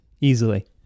easily